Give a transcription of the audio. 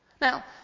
Now